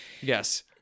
Yes